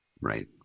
Right